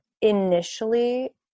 initially